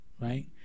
right